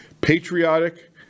patriotic